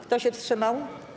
Kto się wstrzymał?